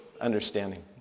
understanding